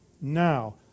Now